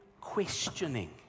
questioning